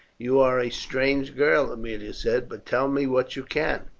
you are a strange girl, aemilia said, but tell me what you can.